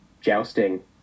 jousting